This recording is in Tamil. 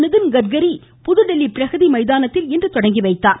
நிதின்கட்கரி புதுதில்லி பிரகதி மைதானத்தில் இன்று தொடங்கி வைத்தார்